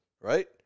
right